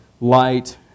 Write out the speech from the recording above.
light